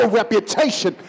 reputation